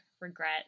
regret